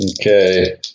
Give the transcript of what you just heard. Okay